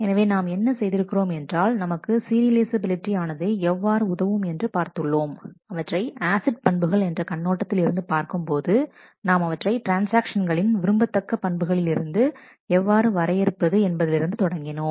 எனவே நாம் என்ன செய்திருக்கிறோம் என்றால் நமக்கு சீரியலைஃசபிலிட்டி ஆனது எவ்வாறு உதவும் என்று பார்த்துள்ளோம் அவற்றை ஆசிட் பண்புகள் என்ற கண்ணோட்டத்தில் இருந்து பார்க்கும்போது நாம் அவற்றை ட்ரான்ஸ்ஆக்ஷன்களின் விரும்பத்தக்க பண்புகளில் இருந்து எவ்வாறு வரையறுப்பது என்பதிலிருந்து தொடங்கினோம்